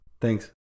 Thanks